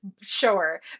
Sure